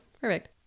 Perfect